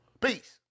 Peace